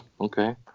Okay